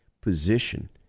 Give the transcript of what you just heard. position